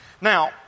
Now